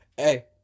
Hey